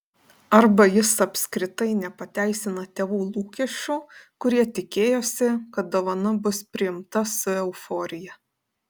arba jis apskritai nepateisina tėvų lūkesčių kurie tikėjosi kad dovana bus priimta su euforija